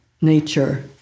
nature